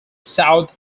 south